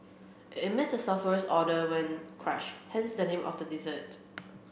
it emits a sulphurous odour when crushed hence the name of the dessert